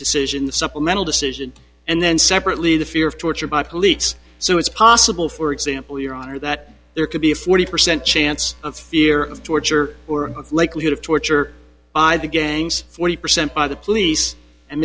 decision the supplemental decision and then separate the fear of torture by police so it's possible for example your honor that there could be a forty percent chance of fear of torture or likelihood of torture by the gangs forty percent by the police and